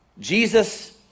Jesus